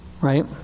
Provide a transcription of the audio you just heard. Right